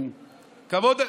עם כבוד,